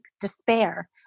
despair